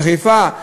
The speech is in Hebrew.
בחיפה,